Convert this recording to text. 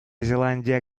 зеландия